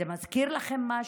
זה מזכיר לכם משהו?